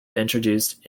introduced